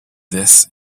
this